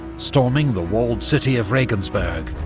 storming the walled city of regensburg,